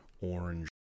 orange